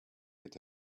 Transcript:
could